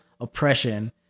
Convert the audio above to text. oppression